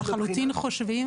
אנחנו לחלוטין חושבים.